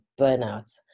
burnout